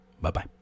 Bye-bye